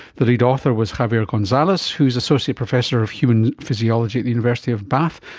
the lead author was javier gonzalez, who is associate professor of human physiology at the university of bath,